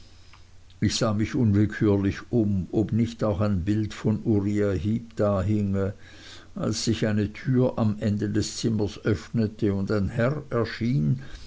ich sah mich unwillkürlich um ob nicht auch ein bild von uriah heep dahinge als sich eine tür am andern ende des zimmers öffnete und ein herr erschien